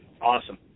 Awesome